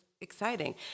exciting